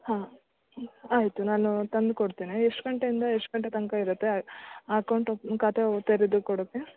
ಹಾಂ ಆಯಿತು ನಾನು ತಂದು ಕೊಡ್ತೇನೆ ಎಷ್ಟು ಗಂಟೆಯಿಂದ ಎಷ್ಟು ಗಂಟೆ ತನಕ ಇರುತ್ತೆ ಅಕೌಂಟ್ ಖಾತೆ ತೆರೆದು ಕೋಡೋಕ್ಕೆ